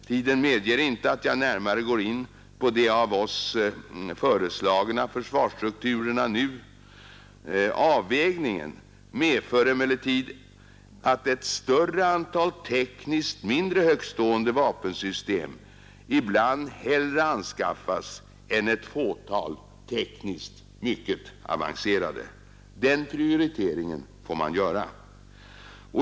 Tiden medger inte att jag nu närmare går in på de av oss föreslagna försvarsstrukturerna. Avvägningen medför emellertid att ett större antal tekniskt mindre högtstående vapensystem ibland hellre anskaffas än ett fåtal tekniskt mycket avancerade. Den prioriteringen får man göra.